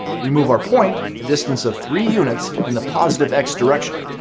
we move our point a distance of three units in the positive x direction.